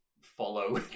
follow